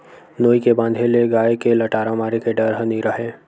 नोई के बांधे ले गाय के लटारा मारे के डर ह नइ राहय